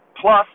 plus